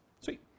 Sweet